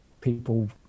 people